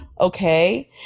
okay